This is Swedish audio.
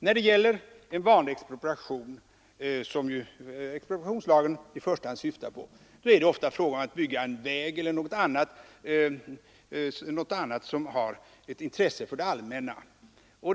Vid en vanlig expropriation, som expropriationslagen i första hand syftar på, är det ofta fråga om att bygga en väg eller någonting annat som det allmänna har intresse av.